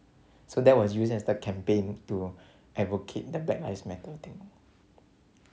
so that was used as the campaign to advocate the black lives matter thing